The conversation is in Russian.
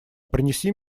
принеси